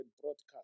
broadcast